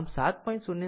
આમ 7